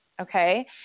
Okay